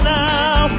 now